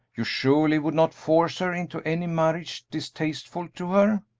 you surely would not force her into any marriage distasteful to her?